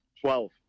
Twelve